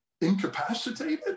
incapacitated